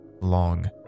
long